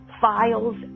Files